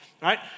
right